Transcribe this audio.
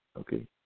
okay